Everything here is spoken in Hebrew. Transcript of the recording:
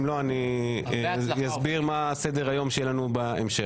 אם לא, אני אסביר מהו סדר-היום שיהיה לנו בהמשך.